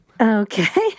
Okay